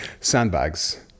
Sandbags